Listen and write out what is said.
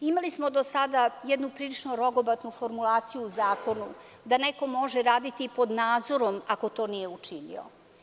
Imali smo do sada jednu prilično rogobatnu formulaciju u zakonu da neko može raditi i pod nadzorom ako to nije učinio.